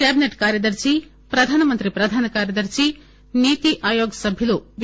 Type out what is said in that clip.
cabinet కార్యదర్పి ప్రధానమంత్రి ప్రధాన కార్యదర్పి నీతి ఆయోగ్ సభ్యులు వి